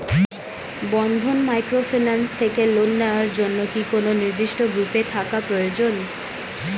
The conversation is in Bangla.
বন্ধন মাইক্রোফিন্যান্স থেকে লোন নেওয়ার জন্য কি কোন নির্দিষ্ট গ্রুপে থাকা প্রয়োজন?